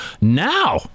Now